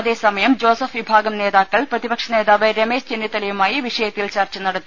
അതേസമയം ജോസഫ് വിഭാഗം നേതാക്കൾ പ്രതിപക്ഷ നേതാവ് രമേശ് ചെന്നിത്തലയുമായി വിഷയത്തിൽ ചർച്ച നട ത്തി